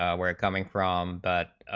ah where coming from but